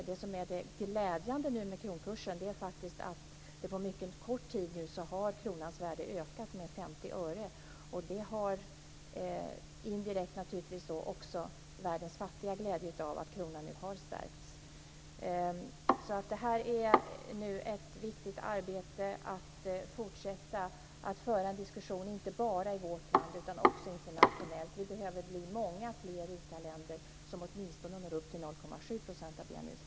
Det som är glädjande med kronkursen är att på mycket kort tid har kronans värde ökat med 50 öre. Indirekt har också världens fattiga glädje av att kronan har stärkts. Det är ett viktigt arbete att fortsätta att föra en diskussion inte bara i vårt land utan också internationellt. Vi behöver bli många fler rika länder med ett bistånd som åtminstone når upp till 0,7 % av BNI.